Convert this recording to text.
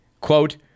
quote